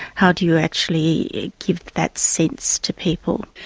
how do you actually give that sense to people.